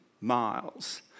miles